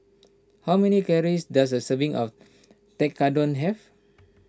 how many calories does a serving of Tekkadon have